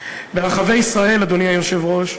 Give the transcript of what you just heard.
ברחבי ישראל, אדוני היושב-ראש,